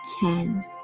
ten